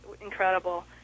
incredible